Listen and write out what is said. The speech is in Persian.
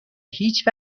هیچ